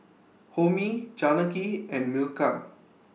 Homi Janaki and Milkha